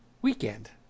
Weekend